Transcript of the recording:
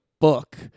book